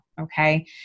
Okay